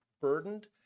Burdened